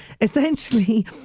Essentially